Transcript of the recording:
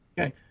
Okay